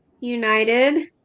United